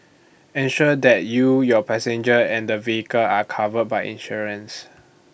ensure that you your passengers and the vehicle are covered by insurance